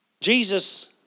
Jesus